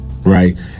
Right